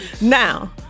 Now